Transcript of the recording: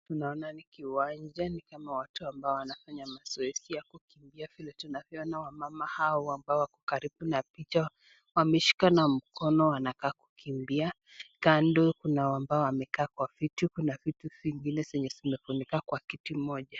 Tunaona ni kiwanja. Ni kama watu ambao wanafanya mazoezi ya kukimbia. Tunavyoona wamama hawa ambao wako karibu na picha wameshikana mkono wanaka kukimbia. Kando kuna ambao wamekaa kwa viti. Kuna vitu zingine zenye zimefunika kwa kiti moja.